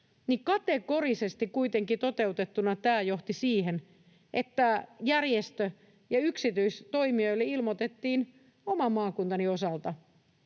kategorisesti toteutettuna tämä johti siihen, että järjestö- ja yksityisille toimijoille ilmoitettiin oman maakuntani osalta,